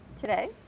Today